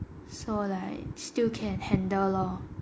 so like still can handle lor